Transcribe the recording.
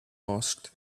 asked